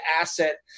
asset